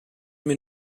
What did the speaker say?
mir